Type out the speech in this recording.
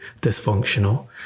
dysfunctional